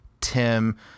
Tim